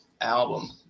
album